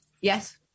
Yes